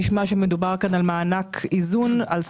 נשמע שמדובר כאן על מענק איזון על סטרואידים.